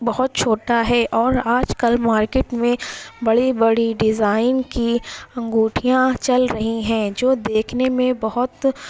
بہت چھوٹا ہے اور آج کل مارکیٹ میں بڑی بڑی ڈیزائن کی انگوٹھیاں چل رہی ہیں جو دیکھنے میں بہت